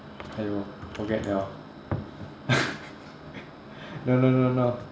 !aiyo! forget liao no no no no